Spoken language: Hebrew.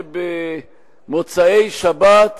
שבמוצאי-שבת,